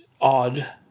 odd